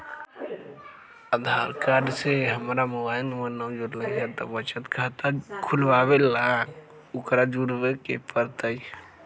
आधार card से हमर mobile number न जुरल है त बचत खाता खुलवा ला उकरो जुड़बे के पड़तई?